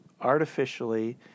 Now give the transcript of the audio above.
artificially